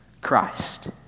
Christ